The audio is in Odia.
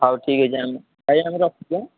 ହଉ ଠିକ୍ଅଛି ଆମେ ଆଜ୍ଞା ମୁଁ ରଖୁଛୁ ଆଁ